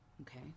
Okay